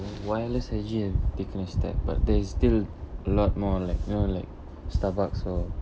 wireless S_G have taken a step but there is still a lot more like you know like starbucks or